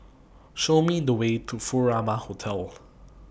Show Me The Way to Furama Hotel